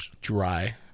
Dry